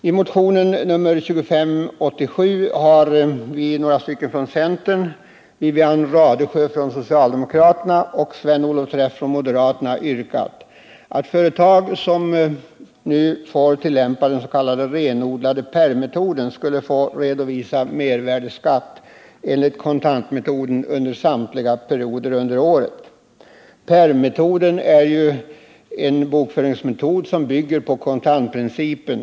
I motionen 2587 har några ledamöter från centern, Wivi-Anne Radesjö från socialdemokraterna och Sven-Olof Träff från moderaterna yrkat att företag som nu får tillämpa den s.k. renodlade pärmmetoden skall få redovisa mervärdeskatt enligt kontantmetoden i fråga om samtliga perioder under året. Pärmmetoden är en bokföringsmetod som bygger på kontantprincipen.